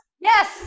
yes